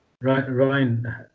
Ryan